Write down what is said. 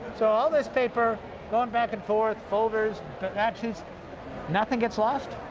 so all this paper going back and forth, folders, sheets, nothing gets lost?